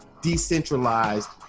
decentralized